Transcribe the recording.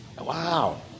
Wow